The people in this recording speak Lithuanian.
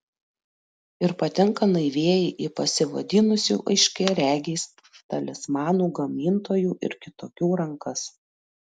ir patenka naivieji į pasivadinusių aiškiaregiais talismanų gamintojų ir kitokių rankas